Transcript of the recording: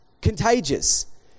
contagious